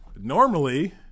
normally